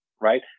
right